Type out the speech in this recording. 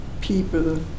people